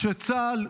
כשצה"ל,